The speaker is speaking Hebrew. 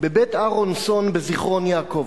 ב"בית אהרונסון" בזיכרון-יעקב.